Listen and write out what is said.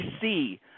see